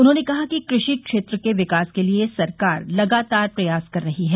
उन्होंने कहा कि कृषि क्षेत्र के विकास के लिये सरकार लगातार प्रयास कर रही है